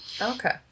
okay